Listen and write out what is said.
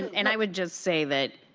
and i would just say that,